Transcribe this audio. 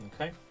Okay